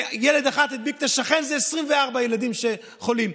וילד אחד הדביק את השכן, זה 24 ילדים שחולים.